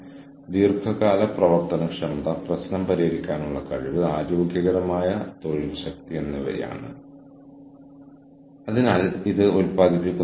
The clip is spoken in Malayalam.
റിലേഷണൽ ടെൻഷനുകളിൽ ഇത്തരത്തിലുള്ള ഒരു നെറ്റ്വർക്കിംഗ് സാഹചര്യത്തിൽ ഔട്ട്പുട്ടുകളുടെ ഉടമ്പടിയുള്ള ചില ടെൻഷനുകൾ ഉൾപ്പെടുന്നു